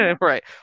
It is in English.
Right